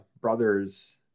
brothers